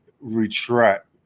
retract